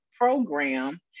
program